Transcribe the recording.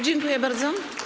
Dziękuję bardzo.